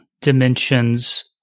dimensions